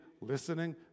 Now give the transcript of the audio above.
listening